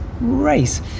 race